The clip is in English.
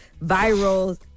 viral